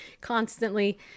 constantly